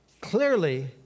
clearly